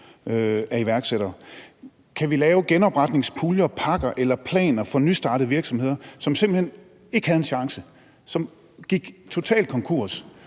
af iværksættere. Kan vi lave genopretningspuljer, -pakker eller -planer for nystartede virksomheder, som simpelt hen ikke havde en chance, og som gik totalt konkurs,